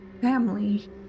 family